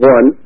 One